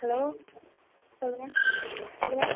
hello சொல்லுங்கள் சொல்லுங்கள்